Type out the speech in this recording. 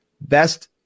best